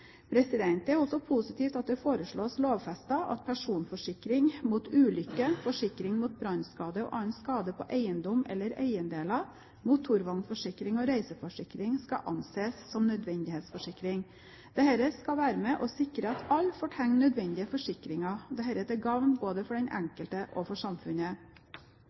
Det er også positivt at det foreslås lovfestet at personforsikring mot ulykke, forsikring mot brannskade og annen skade på eiendom eller eiendeler, motorvognforsikring og reiseforsikring skal anses som nødvendighetsforsikring. Dette skal være med og sikre at alle får tegnet nødvendige forsikringer – til gagn både for den enkelte og for samfunnet.